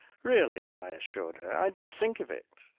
really, i assured her, i didn't think of it.